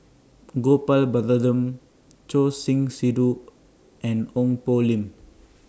Gopal Baratham Choor Singh Sidhu and Ong Poh Lim